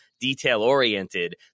detail-oriented